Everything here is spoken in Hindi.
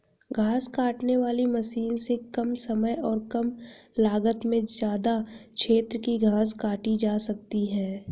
घास काटने वाली मशीन से कम समय और कम लागत में ज्यदा क्षेत्र की घास काटी जा सकती है